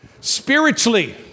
Spiritually